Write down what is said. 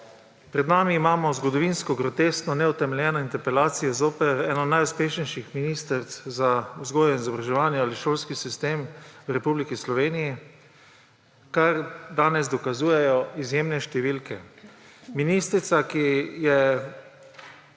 Pred nami imamo zgodovinsko groteskno neutemeljeno interpelacijo zoper eno najuspešnejših ministric za vzgojo in izobraževanje ali šolski sistem v Republiki Sloveniji, kar danes dokazujejo izjemne številke. Ministrica, ki je